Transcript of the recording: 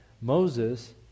Moses